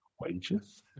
Wages